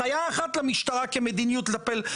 הנחיה אחת למשטרה כמדיניות לגבי הפוליגמיה.